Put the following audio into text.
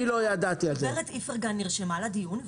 הגברת איפרגן נרשמה לדיון.